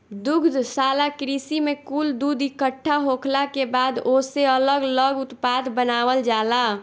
दुग्धशाला कृषि में कुल दूध इकट्ठा होखला के बाद ओसे अलग लग उत्पाद बनावल जाला